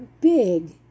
big